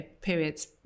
periods